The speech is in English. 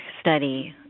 study